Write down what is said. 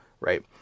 right